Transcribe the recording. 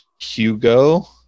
Hugo